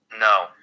no